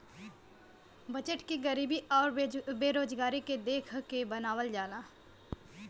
budget के गरीबी आउर बेरोजगारी के देख के बनावल जाला